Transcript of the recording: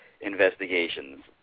investigations